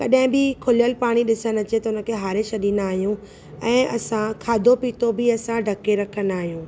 कॾहिं बि खुलियल पाणी ॾिसणु अचे त हुन खे हारे छॾींदा आहियूं ऐं असां खाधो पीतो बि असां ढके रखिन्दा आहियूं